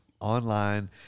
online